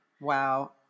Wow